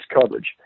coverage